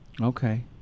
okay